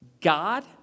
God